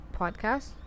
podcast